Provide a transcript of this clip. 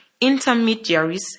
intermediaries